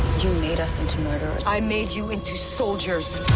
you made us into murderers. i made you into soldiers.